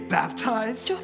baptized